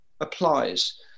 applies